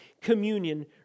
communion